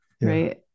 right